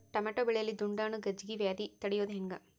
Tomato ಬೆಳೆಯಲ್ಲಿ ದುಂಡಾಣು ಗಜ್ಗಿ ವ್ಯಾಧಿ ತಡಿಯೊದ ಹೆಂಗ್?